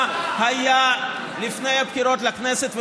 היה לפני שנבחרתי לכנסת.